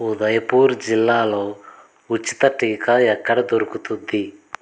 ఉదయ్పూర్ జిల్లాలో ఉచిత టీకా ఎక్కడ దొరుకుతుంది